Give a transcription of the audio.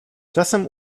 czasem